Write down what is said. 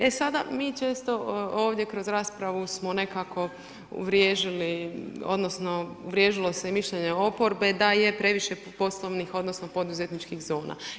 E sada, mi često ovdje kroz raspravu smo nekako uvriježili odnosno uvriježilo se i mišljenje oporbe da je previše poslovnih odnosno poduzetničkih zona.